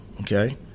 okay